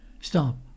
stop